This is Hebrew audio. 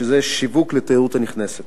שזה שיווק לתיירות הנכנסת.